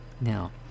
Now